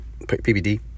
PBD